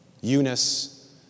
Eunice